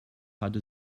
hatte